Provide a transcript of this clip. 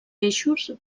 peixos